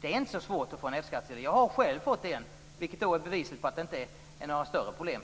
Det är inte så svårt att få en F-skattsedel. Jag har själv fått en, vilket bevisar att det inte är några större problem.